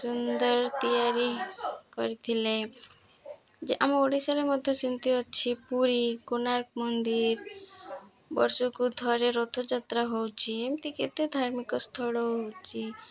ସୁନ୍ଦର ତିଆରି କରିଥିଲେ ଯେ ଆମ ଓଡ଼ିଶାରେ ମଧ୍ୟ ସେମିତି ଅଛି ପୁରୀ କୋଣାର୍କ ମନ୍ଦିର ବର୍ଷକୁ ଥରେ ରଥଯାତ୍ରା ହେଉଛି ଏମିତି କେତେ ଧାର୍ମିକ ସ୍ଥଳ ହେଉଛି